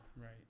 right